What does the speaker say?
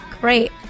great